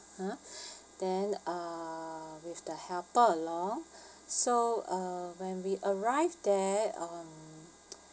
ha then uh with the helper along so uh when we arrived there um